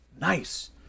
Nice